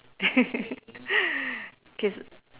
okay